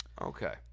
Okay